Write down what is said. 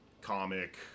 comic